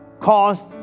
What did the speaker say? cost